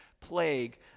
plague